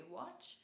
watch